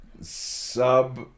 sub